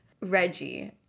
Reggie